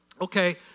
okay